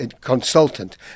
consultant